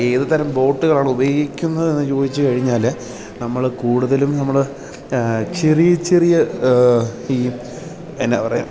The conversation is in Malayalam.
ഏതു തരം ബോട്ടുകളാണ് ഉപയോഗിക്കുന്നത് എന്ന് ചോദിച്ചു കഴിഞ്ഞാൽ നമ്മൾ കൂടുതലും നമ്മൾ ചെറിയ ചെറിയ ഈ എന്താ പറയുക